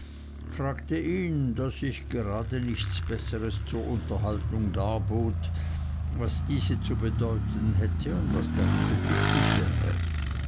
fragte ihn da sich grade nichts besseres zur unterhaltung darbot was diese zu bedeuten hätte und was darin befindlich wäre